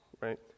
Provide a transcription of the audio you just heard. right